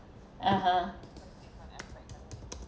(uh huh)